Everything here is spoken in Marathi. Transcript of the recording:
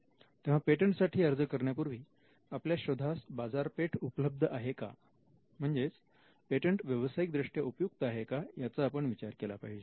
तेव्हा पेटंटसाठी अर्ज करण्यापूर्वी आपल्या शोधास बाजारपेठ उपलब्ध आहे का म्हणजेच पेटंट व्यावसायिक दृष्ट्या उपयुक्त आहे का याचा आपण विचार केला पाहिजे